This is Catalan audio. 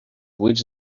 buits